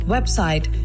Website